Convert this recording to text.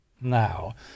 now